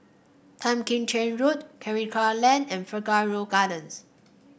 Tan Kim Cheng Road Karikal Lane and Figaro Gardens